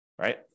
right